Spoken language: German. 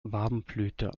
warmblüter